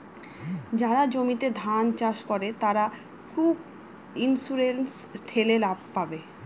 যারা জমিতে ধান চাষ করে, তারা ক্রপ ইন্সুরেন্স ঠেলে লাভ পাবে